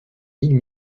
ligues